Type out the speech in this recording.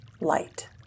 light